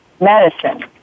Medicine